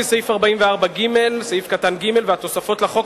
לפי סעיף 44ג(ג) והתוספות לחוק,